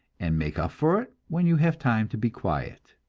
and make up for it when you have time to be quiet.